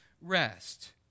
rest